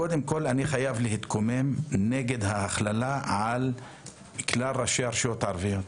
קודם כל אני חייב להתקומם נגד ההכללה על כלל ראשי הרשויות הערביות.